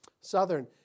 southern